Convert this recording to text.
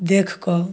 देख कऽ